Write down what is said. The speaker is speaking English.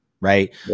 Right